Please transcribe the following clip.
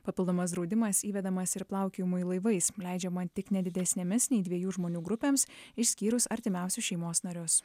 papildomas draudimas įvedamas ir plaukiojimui laivais leidžiama tik ne didesnėmis nei dviejų žmonių grupėms išskyrus artimiausius šeimos narius